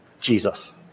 Jesus